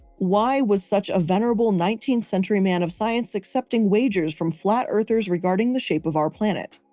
why was such a venerable nineteenth century man of science accepting wagers from flat-earthers regarding the shape of our planet?